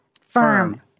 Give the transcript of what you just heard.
Firm